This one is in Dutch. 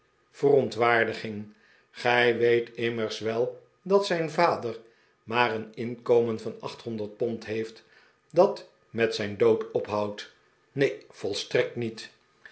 verontwaardiging gij weet immers wel dat zijn vader maar een inkomen van achthonderd pond heeft dat met zijn dood ophoudt neen volstrekt niet